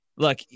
Look